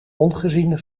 ongeziene